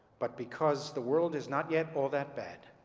but because the world is not yet all that bad